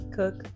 cook